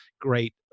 great